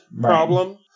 problem